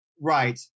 right